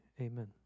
amen